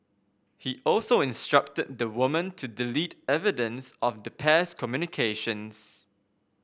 he also instructed the woman to delete evidence of the pair's communications